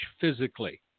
physically